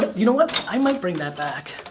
but you know what? i might bring that back.